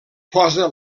posa